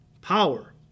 Power